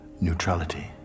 neutrality